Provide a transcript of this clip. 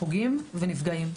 פוגעים ונפגעים.